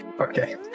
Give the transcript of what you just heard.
Okay